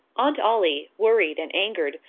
aunt ollie, worried and angered,